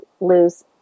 lose